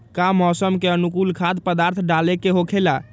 का मौसम के अनुकूल खाद्य पदार्थ डाले के होखेला?